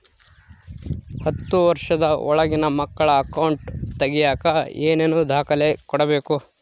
ಹತ್ತುವಷ೯ದ ಒಳಗಿನ ಮಕ್ಕಳ ಅಕೌಂಟ್ ತಗಿಯಾಕ ಏನೇನು ದಾಖಲೆ ಕೊಡಬೇಕು?